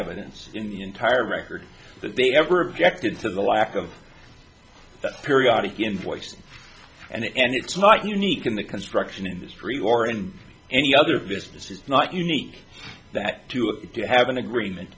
evidence in the entire record that they ever objected to the lack of that periodic invoiced and it's not unique in the construction industry or in any other businesses not unique that to have an agreement